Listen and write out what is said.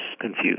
confused